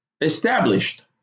established